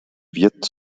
wird